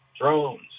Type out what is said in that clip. Drones